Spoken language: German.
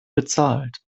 bezahlt